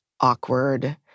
awkward